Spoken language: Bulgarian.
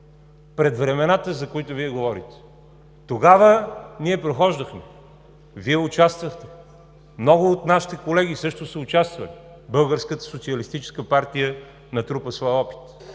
пред времената, за които Вие говорите – тогава ние прохождахме, Вие участвахте. Много от нашите колеги също са участвали. Българската социалистическа партия натрупа своя опит.